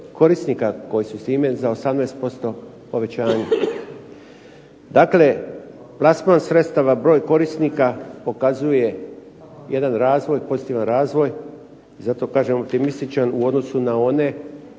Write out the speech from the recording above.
korisnika koji su s time za 18% povećanje. Dakle, plasman sredstava, broj korisnika pokazuje jedan pozitivan razvoj. I zato kažem optimističan u odnosu na one